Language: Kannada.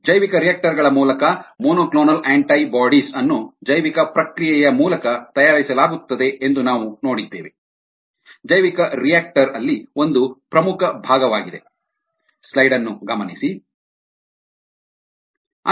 ಜೈವಿಕರಿಯಾಕ್ಟರ್ ಗಳ ಮೂಲಕ MAbs ಅನ್ನು ಜೈವಿಕ ಪ್ರಕ್ರಿಯೆಯ ಮೂಲಕ ತಯಾರಿಸಲಾಗುತ್ತದೆ ಎಂದು ನಾವು ನೋಡಿದ್ದೇವೆ ಜೈವಿಕರಿಯಾಕ್ಟರ್ ಅಲ್ಲಿ ಒಂದು ಪ್ರಮುಖ ಭಾಗವಾಗಿದೆ